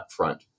upfront